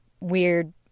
weird